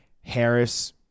Harris